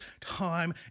time